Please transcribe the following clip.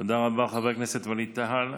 תודה רבה, חבר הכנסת ווליד טאהא.